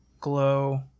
Glow